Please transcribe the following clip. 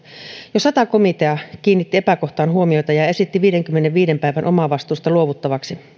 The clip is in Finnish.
jo sata komitea kiinnitti epäkohtaan huomiota ja esitti viidenkymmenenviiden päivän omavastuusta luovuttavaksi